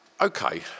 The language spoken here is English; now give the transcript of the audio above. okay